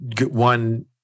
one